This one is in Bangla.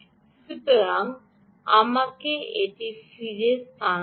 সুতরাং আমাকে এই ফিরে স্থানান্তর